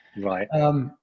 Right